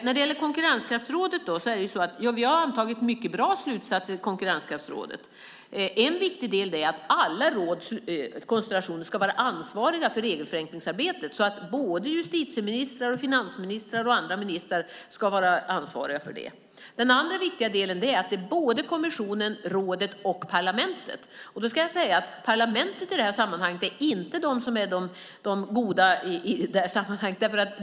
Vi har antagit mycket bra slutsatser i konkurrenskraftsrådet. En viktig sak är att alla rådets koncentrationer ska vara ansvariga för regelförenklingsarbetet så att både justitieministern, finansministern och andra ministrar ska vara ansvariga. En annan viktig sak är att det gäller både kommissionen, rådet och parlamentet. Parlamentet är inte de goda i det här sammanhanget.